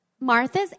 Martha's